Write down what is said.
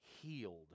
healed